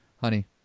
honey